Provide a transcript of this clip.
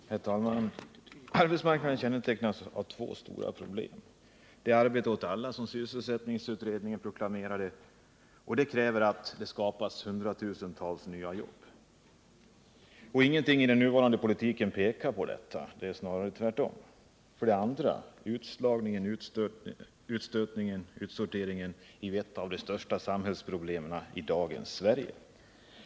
Herr talman! Arbetsmarknaden kännetecknas av två stora problem. För det första gäller det att skapa arbete åt alla, vilket sysselsättningsutredningen proklamerade. Detta kräver att man skapar hundratusentals nya jobb. Ingenting i den nuvarande politiken pekar på detta — snarare är det tvärtom. För det andra gäller det utslagningen eller utstötningen, som är ett av de största samhällsproblemen i dagens Sverige.